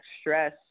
stress